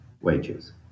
wages